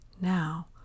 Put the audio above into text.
Now